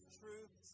truth